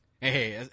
Hey